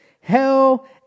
hell